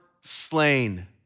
slain